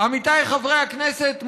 עמיתיי חברי הכנסת,